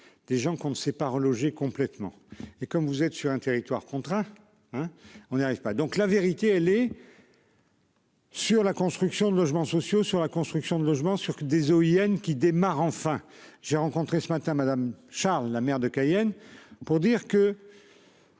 des gens qu'on ne sait pas relogé complètement et comme vous êtes sur un territoire contraint hein on y arrive pas donc la vérité elle est.-- Sur la construction de logements sociaux sur la construction de logements sur des OIN qui démarre enfin j'ai rencontré ce matin Madame Charles, la maire de Cayenne pour dire que.--